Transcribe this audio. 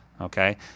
okay